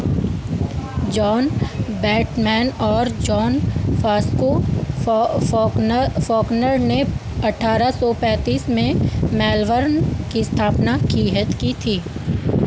John Batman और John फास्को फौ फॉकनर ने अठारह सौ पैंतीस में मेलबर्न की स्थापना की है की थी